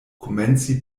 komenci